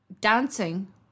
dancing